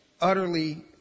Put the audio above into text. utterly